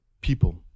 people